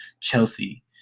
Chelsea